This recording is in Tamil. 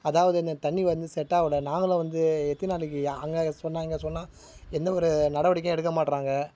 அதாவது இந்த தண்ணி வந்து செட்டாகல நாங்களும் வந்து எத்தன் நாளைக்கு அங்கே சொன்னால் இங்கே சொன்னால் எந்தவொரு நடவடிக்கையும் எடுக்க மாட்டுறாங்க